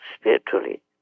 spiritually